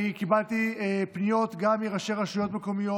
אני קיבלתי פניות גם מראשי רשויות מקומיות